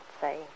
say